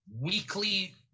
weekly